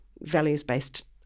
values-based